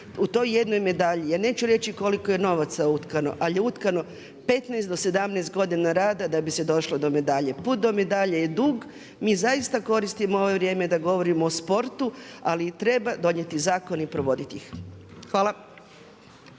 U toj jednoj medalji ja neću reći koliko je novaca utkano, a je utkano 15 do 17 godina rada da bi se došlo do medalje. Put do medalje je dug. Mi zaista koristimo ovo vrijeme da govorimo o sportu ali treba donijeti zakon i provoditi ih. Hvala.